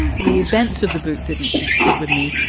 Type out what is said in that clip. the events of the book didn't stick with me.